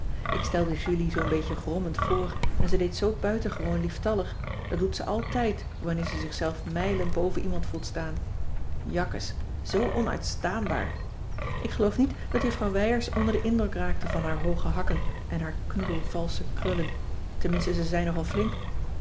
ik stelde julie zoo'n beetje grommend voor en ze deed zoo buitengewoon lieftallig dat doet ze altijd wanneer ze zich zelf mijlen boven iemand voelt staan jakkes zoo onuitstaanbaar ik geloof niet dat juffrouw wijers onder den indruk raakte van haar hooge hakken en haar knoedel valsche krullen tenminste ze zei nogal flink